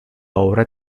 obra